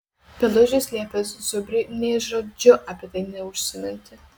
pelužis liepė zubriui nė žodžiu apie tai neužsiminti